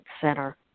Center